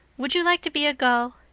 would you like to be a gull?